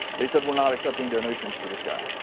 they said, we're not accepting donations for this guy.